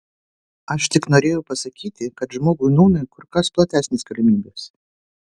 aš tik norėjau pasakyti kad žmogui nūnai kur kas platesnės galimybės